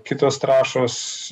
kitos trąšos